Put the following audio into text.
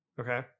Okay